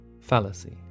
fallacy